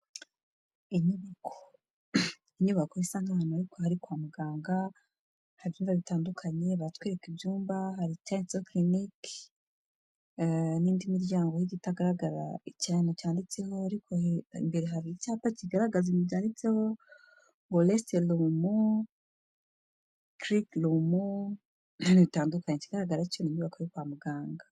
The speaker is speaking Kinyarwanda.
Inyubako isa n'ahantu ari kwa muganga, hari ibyumba bitandukanye, baratwereka ibyumba, hari icyanditseho clinic, n'indi miryango yindi itagaragara ikintu cyanditseho, ariko imbere hari icyapa kigaragaza ibintu byanditseho ngo:'' Restroom, criproom,'' n'ibindi bitandukanye. Ikigaragara cyo ni inyubako yo kwa muganga.